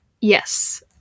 Yes